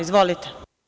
Izvolite.